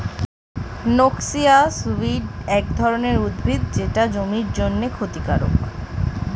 noxious weed এক ধরনের উদ্ভিদ যেটা জমির জন্যে ক্ষতিকারক